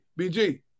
BG